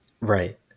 Right